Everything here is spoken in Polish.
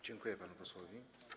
Dziękuję panu posłowi.